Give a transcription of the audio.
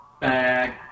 Bag